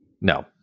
No